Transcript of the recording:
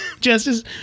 Justice